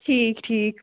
ٹھیٖک ٹھیٖک